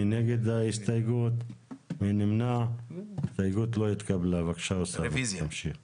אני הסכמתי והצבענו בעד הוספת נציג של הגופים